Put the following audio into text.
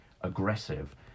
aggressive